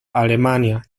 alemania